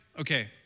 okay